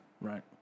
Right